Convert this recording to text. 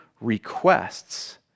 requests